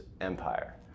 empire